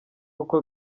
uko